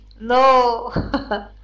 No